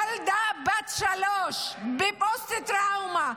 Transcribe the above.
ילדה בת שלוש בפוסט-טראומה,